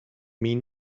mean